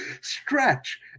stretch